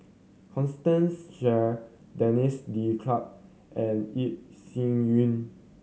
Constance Sheare Denis D'Cotta and Yeo Shih Yun